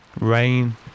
Rain